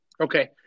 okay